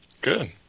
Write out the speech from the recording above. Good